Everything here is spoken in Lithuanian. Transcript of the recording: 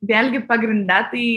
vėlgi pagrinde tai